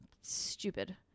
Stupid